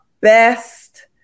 best